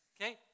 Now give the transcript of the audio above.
Okay